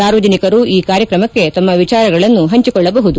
ಸಾರ್ವಜನಿಕರು ಈ ಕಾರ್ಯಕ್ರಮಕ್ಕೆ ತಮ್ಮ ವಿಚಾರಗಳನ್ನು ಪಂಚಿಕೊಳ್ಳಬಹುದು